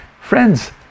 Friends